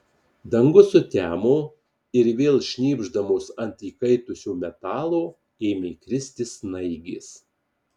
dangus sutemo ir vėl šnypšdamos ant įkaitusio metalo ėmė kristi snaigės